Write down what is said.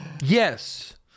Yes